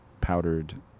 powdered